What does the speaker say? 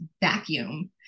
vacuum